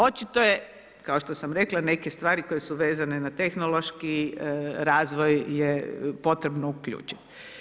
Očito je, kao što sam rekla neke stvari koje su vezane na tehnološki razvoj je potrebno uključit.